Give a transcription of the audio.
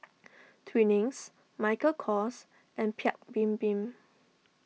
Twinings Michael Kors and Paik's Bibim